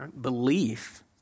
Belief